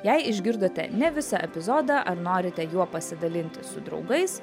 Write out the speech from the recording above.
jei išgirdote ne visą epizodą ar norite juo pasidalinti su draugais